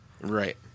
Right